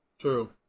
True